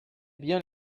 bien